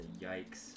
yikes